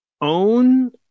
own